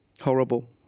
horrible